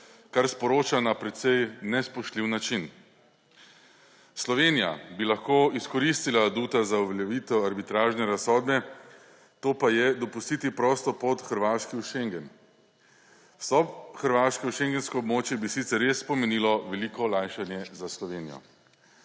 kar sporoča na precej nespoštljiv način. Slovenija bi lahko izkoristila aduta za uveljavitev arbitražne razsodbe, to pa je dopustiti prosto pot Hrvaški v schengen. Vstop Hrvaške v schengensko območje bi sicer res pomenilo veliko olajšanje za Slovenijo.